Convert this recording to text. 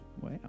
wow